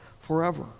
forever